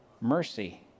mercy